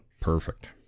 Perfect